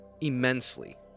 immensely